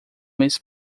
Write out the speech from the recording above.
mês